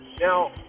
now